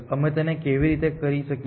અમે તેને કેવી રીતે કરી શકીએ